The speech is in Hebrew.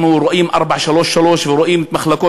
אנחנו רואים את "להב 433" ורואים את מחלקות